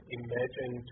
imagine